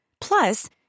Plus